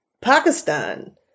Pakistan